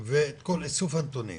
ואת כל איסוף הנתונים